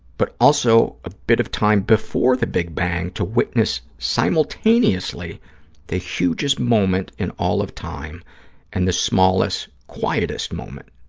but also a bit of time before the big bang to witness simultaneously the hugest moment in all of time and the smallest, quietest moment.